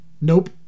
nope